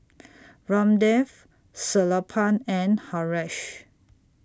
Ramdev Sellapan and Haresh